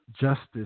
justice